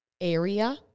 area